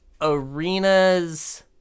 Arena's